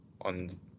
On